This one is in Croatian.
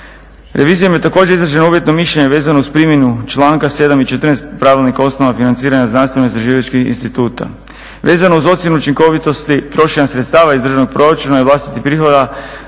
Revizijom je također izraženo uvjetno mišljenje vezano uz primjenu članka 7. i 14. Pravilnika o osnovama financiranja znanstveno-istraživačkih instituta. Vezano uz ocjenu učinkovitosti trošenja sredstava iz državnog proračuna i vlastitih prihoda